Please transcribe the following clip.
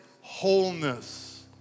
wholeness